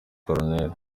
col